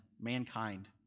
mankind